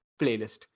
playlist